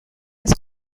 his